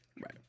Right